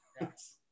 yes